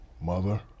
Mother